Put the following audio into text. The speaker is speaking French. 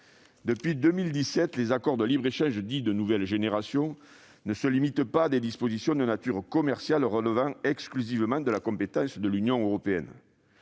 Depuis 2017, les accords de libre-échange dits « de nouvelle génération » ne se limitent pas à des dispositions de nature commerciale relevant exclusivement de la compétence de l'Union européenne.